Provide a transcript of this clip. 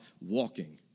walking